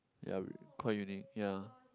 ya quite unique ya